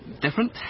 different